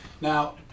Now